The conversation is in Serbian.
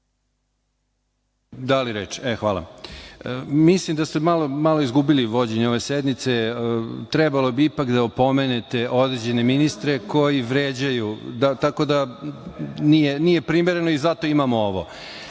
Marsenić** Hvala. Mislim da ste malo izgubili vođenje ove sednice. Trebalo bi ipak da opomenete određene ministre koji vređaju. Nije primereno i zato imamo ovo. Ne